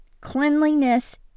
Cleanliness